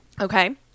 Okay